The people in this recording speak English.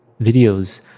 videos